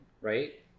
right